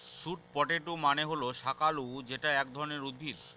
sweet potato মানে হল শাকালু যেটা এক ধরনের উদ্ভিদ